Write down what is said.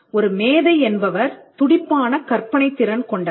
ஒரு மேதை என்பவர் துடிப்பான கற்பனை திறன் கொண்டவர்